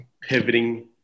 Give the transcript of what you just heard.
pivoting